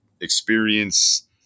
experience